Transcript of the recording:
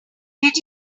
did